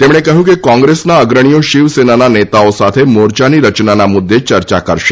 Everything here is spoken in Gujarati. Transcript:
તેમણે કહ્યું કે કોંગ્રેસના અગ્રણીઓ શિવસેનાના નેતાઓ સાથે મોરચાની રચનાના મુદ્દે ચર્ચા કરશે